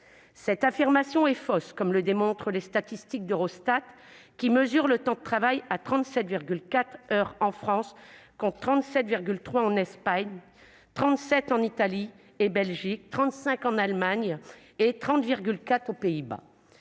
Cette affirmation est fausse, comme le démontrent les statistiques d'Eurostat, qui mesure le temps de travail à 37,4 heures en France, contre 37,3 en Espagne, 37 en Italie et en Belgique, 35 en Allemagne et 30,4 aux Pays-Bas.